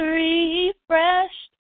refreshed